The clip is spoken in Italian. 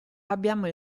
abbiamo